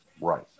Right